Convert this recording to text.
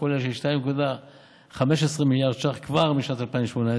כולל של 2.15 מיליארד ש"ח כבר משנת 2018,